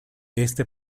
este